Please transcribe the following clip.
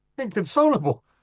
inconsolable